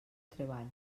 treball